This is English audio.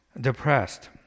depressed